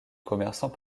commerçants